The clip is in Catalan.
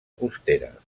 costera